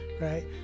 right